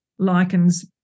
lichens